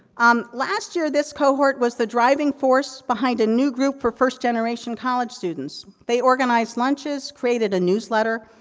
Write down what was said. um last year, this cohort was the driving force behind a new group for first-generation college students. they organize lunches, created a newsletter,